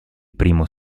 primo